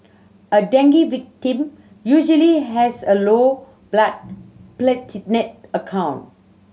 a dengue victim usually has a low blood platelet account